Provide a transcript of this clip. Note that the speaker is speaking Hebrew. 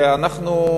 שאנחנו,